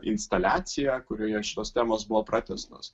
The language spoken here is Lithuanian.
instaliaciją kurioje šitos temos buvo pratęstos